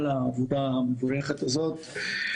על היוזמה המבורכת הזאת.